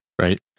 Right